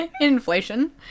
inflation